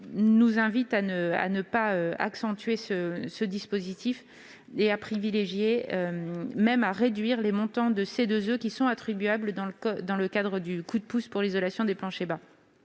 nous invitent à ne pas accentuer ce dispositif et même à réduire les montants de C2E attribuables dans le cadre du coup de pouce pour l'isolation des planchers bas.